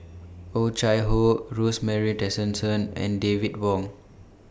Oh Chai Hoo Rosemary Tessensohn and David Wong